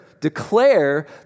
declare